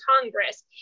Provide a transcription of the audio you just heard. Congress